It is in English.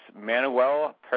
Manuel